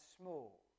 small